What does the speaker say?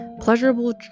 pleasurable